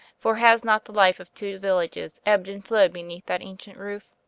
for has not the life of two villages ebbed and flowed beneath that ancient roof?